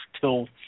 till